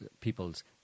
people's